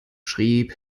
schrieb